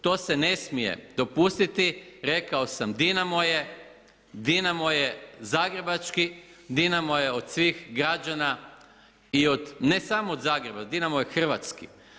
To se ne smije dopustiti, rekao sam, Dinamo je zagrebački, Dinamo je od svih građana i ne samo od Zagreba, Dinamo je hrvatski.